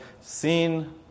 seen